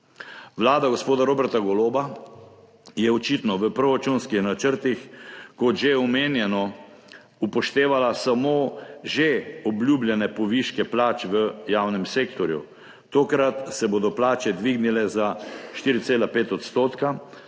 Vlada gospoda Roberta Goloba je očitno v proračunskih načrtih kot že omenjeno upoštevala samo že obljubljene poviške plač v javnem sektorju. Tokrat se bodo plače dvignile za 4,5 %,